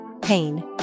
pain